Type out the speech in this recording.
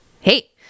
Hey